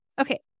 Okay